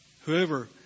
Whoever